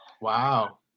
Wow